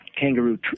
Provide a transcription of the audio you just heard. kangaroo